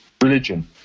religion